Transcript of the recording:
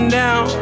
down